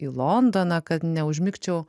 į londoną kad neužmigčiau